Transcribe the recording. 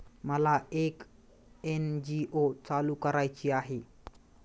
मला एक एन.जी.ओ चालू करायची आहे